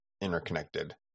interconnected